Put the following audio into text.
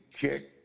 kick